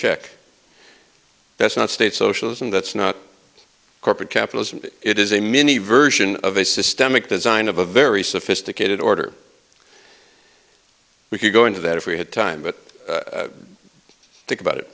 check that's not state socialism that's not corporate capitalism it is a mini version of a systemic design of a very sophisticated order we could go into that if we had time but think about it